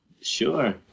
Sure